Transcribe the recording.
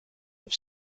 have